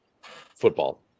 football